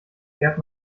klärt